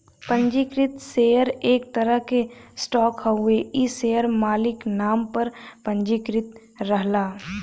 पंजीकृत शेयर एक तरह क स्टॉक हउवे इ शेयर मालिक नाम पर पंजीकृत रहला